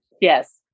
Yes